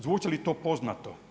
Zvuči li to poznato?